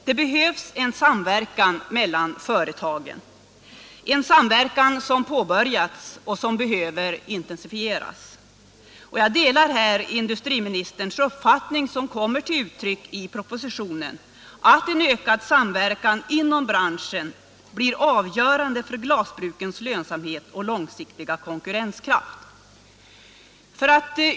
Det behövs också en samverkan mellan företagen. En sådan har påbörjats, men den behöver intensifieras. Jag delar här industriministerns uppfattning som kommer till uttryck i propositionen, nämligen att en ökad samverkan inom branschen blir avgörande för glasbrukens lönsamhet och långsiktiga konkurrenskraft.